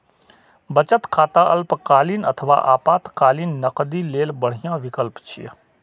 बचत खाता अल्पकालीन अथवा आपातकालीन नकदी लेल बढ़िया विकल्प छियै